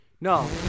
No